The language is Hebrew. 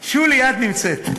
שולי, את נמצאת,